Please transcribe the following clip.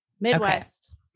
Midwest